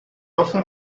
often